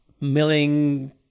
milling